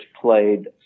played